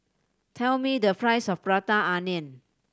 tell me the price of Prata Onion